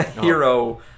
hero